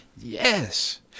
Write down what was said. Yes